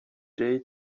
day